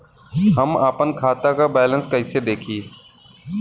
हम आपन खाता क बैलेंस कईसे देखी?